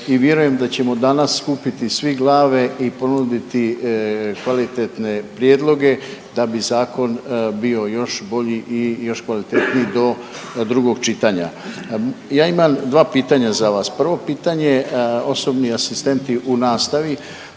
i vjerujem da ćemo danas skupiti svi glave i ponuditi kvalitetne prijedloge da bi zakon bio još bolji i još kvalitetniji do drugog čitanja. Ja imam 2 pitanja za vas. Prvo pitanje, osobni asistenti u nastavi,